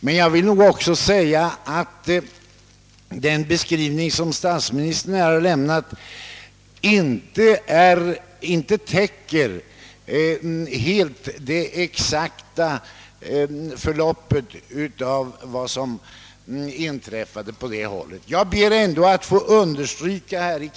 Men den beskrivning som «statsministern här lämnade täcker inte heller det exakta förloppet och vad som verkligen inträffade.